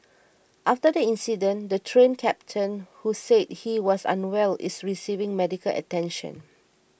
after the incident the Train Captain who said he was unwell is receiving medical attention